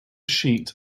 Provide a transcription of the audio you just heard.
sheet